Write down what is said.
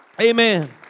Amen